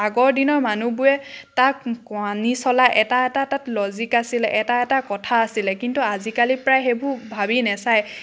আগৰ দিনৰ মানুবোৰে তাক মানি চলা এটা এটা তাত লজিক আছিল এটা এটা কথা আছিলে কিন্তু আজিকালি প্ৰায় সেইবোৰ ভাবি নাচায়